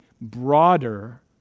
broader